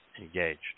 engaged